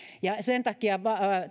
ja sen takia